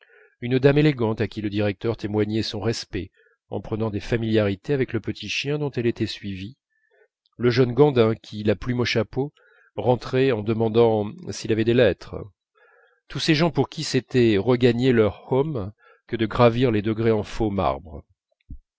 une dame élégante à qui le directeur témoignait son respect en prenant des familiarités avec le petit chien dont elle était suivie le jeune gandin qui la plume au chapeau rentrait en demandant s'il avait des lettres tous ces gens pour qui c'était regagner leur home que de gravir les degrés en faux marbre